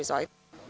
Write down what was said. Izvolite.